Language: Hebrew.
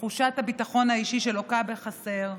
תחושת הביטחון האישי שלוקה בחסר,